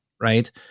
Right